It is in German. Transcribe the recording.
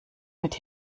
mit